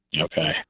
Okay